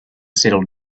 settle